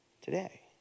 today